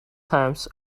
times